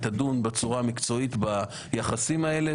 היא תדון בצורה המקצועית ביחסים האלה,